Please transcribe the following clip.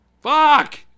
Fuck